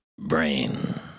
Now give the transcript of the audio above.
brain